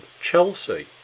Chelsea